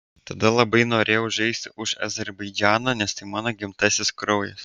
tada labai norėjau žaisti už azerbaidžaną nes tai mano gimtasis kraujas